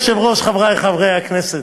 אדוני היושב-ראש, חברי חברי הכנסת,